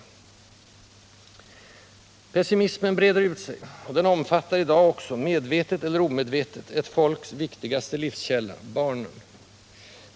Pessimismen breder ut sig, och den omfattar i dag också, medvetet eller omedvetet, ett folks viktigaste livskälla: barnen.